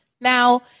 Now